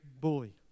bully